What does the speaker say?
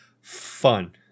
fun